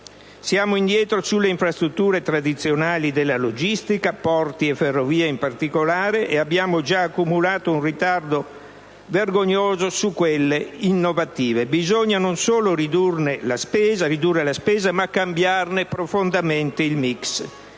Siamo indietro sulle infrastrutture tradizionali della logistica (porti e ferrovie in particolare) e abbiamo già accumulato un ritardo vergognoso su quelle innovative. Bisogna non solo ridurre la spesa, ma cambiarne profondamente il *mix*.